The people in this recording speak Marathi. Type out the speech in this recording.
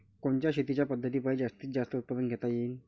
कोनच्या शेतीच्या पद्धतीपायी जास्तीत जास्त उत्पादन घेता येईल?